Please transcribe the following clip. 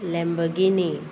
Lamborghini